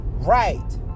Right